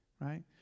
Right